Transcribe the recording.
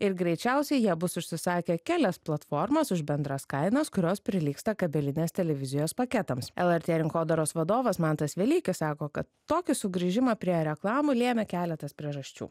ir greičiausiai jie bus užsisakę kelias platformas už bendras kainas kurios prilygsta kabelinės televizijos paketams lrt rinkodaros vadovas mantas velykis sako kad tokį sugrįžimą prie reklamų lėmė keletas priežasčių